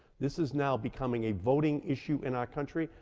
this is now becoming a voting issue in our country,